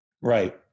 Right